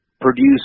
produce